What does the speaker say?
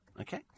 okay